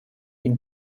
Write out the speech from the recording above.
ihn